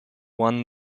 won